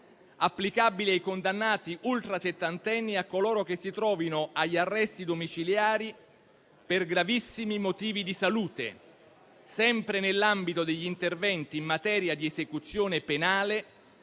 applicabile ai condannati ultrasettantenni e a coloro che si trovino agli arresti domiciliari per gravissimi motivi di salute. Sempre nell'ambito degli interventi in materia di esecuzione penale,